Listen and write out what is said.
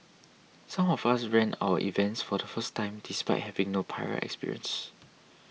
some of us ran our events for the first time despite having no prior experience